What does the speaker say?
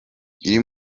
iri